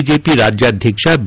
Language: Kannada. ಬಿಜೆಪಿ ರಾಜ್ಯಾಧ್ವಕ್ಷ ಬಿ